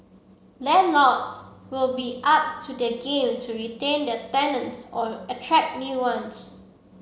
landlords will be up to their game to retain their tenants or attract new ones